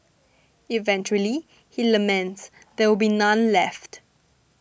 eventually he laments there will be none left